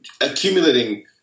accumulating